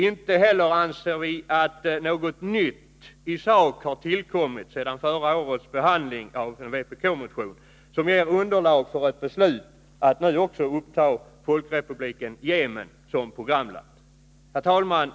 Inte heller anser vi att något nytt i sak har tillkommit sedan förra årets behandling av vpk-motionen som kan utgöra underlag för ett beslut att nu uppta också folkrepubliken Yemen som programland. Herr talman!